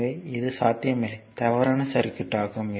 எனவே இது சாத்தியமில்லை தவறான சர்க்யூட் ஆகும்